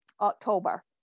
October